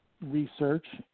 research